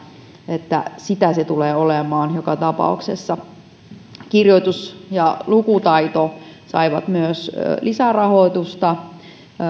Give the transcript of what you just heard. että sitä se tulee olemaan joka tapauksessa myös kirjoitus ja lukutaito saivat lisärahoitusta